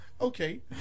Okay